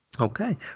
Okay